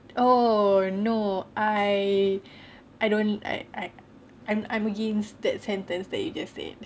oh no I I don't I I I'm I'm against that sentence that you just said